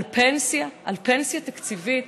על פנסיה תקציבית.